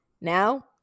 Now